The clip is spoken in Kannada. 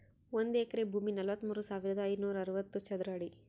ಒಂದು ಎಕರೆ ಭೂಮಿ ನಲವತ್ಮೂರು ಸಾವಿರದ ಐನೂರ ಅರವತ್ತು ಚದರ ಅಡಿ